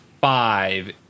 five